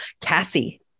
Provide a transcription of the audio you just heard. Cassie